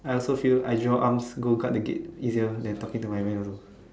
I also feel I draw arms go guard the gate easier than talking to my man also